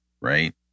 right